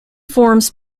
forms